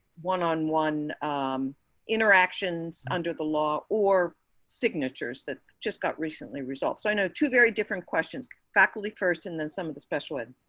one on one interactions under the law or signatures that just got recently results. i know two very different questions faculty first and then some of the special and